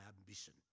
ambition